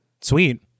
sweet